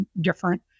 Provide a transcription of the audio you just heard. different